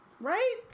Right